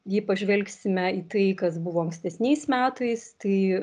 jei pažvelgsime į tai kas buvo ankstesniais metais tai